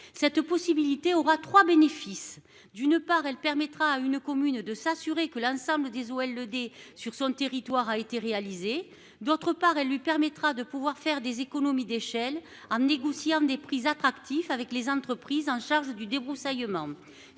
cette possibilité aura 3 bénéfice d'une part, elle permettra à une commune de s'assurer que l'ensemble des eaux elle le des sur son territoire a été réalisée. D'autre part, elle lui permettra de pouvoir faire des économies d'échelle en négociant des prix attractifs avec les entreprises, en charge du débroussaillement